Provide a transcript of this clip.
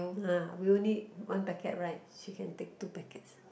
uh we only one packet right she can take two packets